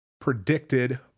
predicted